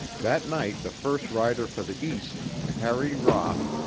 that night the first rider for the east, harry roff,